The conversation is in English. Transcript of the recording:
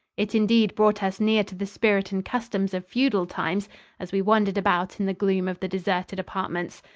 it indeed brought us near to the spirit and customs of feudal times as we wandered about in the gloom of the deserted apartments.